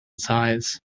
size